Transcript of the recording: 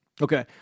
Okay